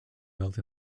built